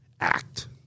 act